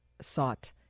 sought